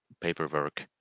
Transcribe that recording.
paperwork